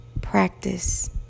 practice